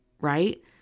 Right